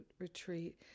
Retreat